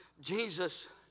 Jesus